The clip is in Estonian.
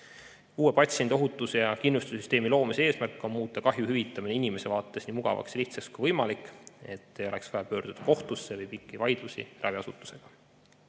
Uue patsiendiohutus- ja kindlustussüsteemi loomise eesmärk on muuta kahju hüvitamine inimese vaates nii mugavaks ja lihtsaks kui võimalik, et ei oleks vaja pöörduda kohtusse ega pidada pikki vaidlusi raviasutusega.